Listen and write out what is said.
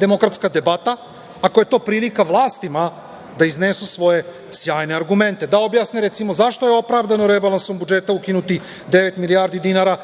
demokratska debata, ako je to prilika vlastima da iznesu svoje sjajne argumente, recimo da objasne zašto je opravdano rebalansom budžeta ukinuti devet milijardi dinara